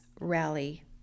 rally